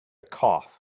cough